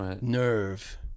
nerve